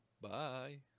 bye